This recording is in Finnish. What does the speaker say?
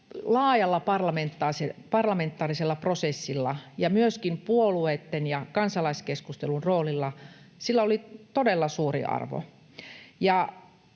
laajalla parlamentaarisella prosessilla ja myöskin puolueitten ja kansalaiskeskustelun roolilla oli todella suuri arvo.